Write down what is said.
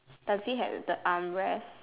does he have the arm rest